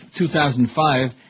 2005